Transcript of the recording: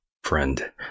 Friend